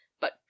but